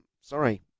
sorry